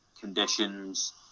conditions